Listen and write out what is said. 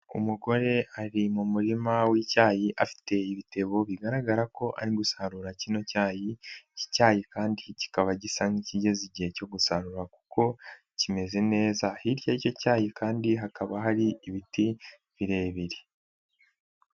Umugore ari mu murima w'icyayi afite ibitebo bigaragara ko ari gusarura kino cyayi, icyayi kandi kikaba gisanzwe nk'ikigeze igihe cyo gusarura kuko kimeze neza, hirya y'icyo cyayi kandi hakaba hari ibiti birebire.